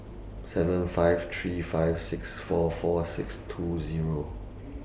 seven five three five six four four six two Zero